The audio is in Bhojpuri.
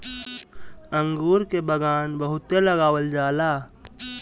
अंगूर के बगान बहुते लगावल जाला